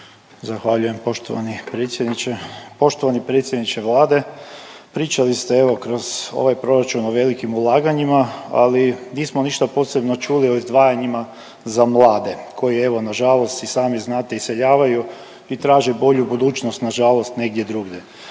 Zahvaljujem poštovani predsjedniče. Poštovani predsjedniče Vlade pričali ste evo kroz ovaj proračun o velikim ulaganjima, ali nismo ništa posebno čuli o izdvajanjima za mlade koji evo na žalost i sami znate iseljavaju i traže bolje budućnost na žalost negdje drugdje.